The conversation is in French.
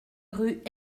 rue